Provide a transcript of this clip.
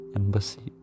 embassy